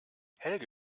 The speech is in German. helge